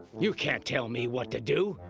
you can't tell me what to do.